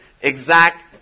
exact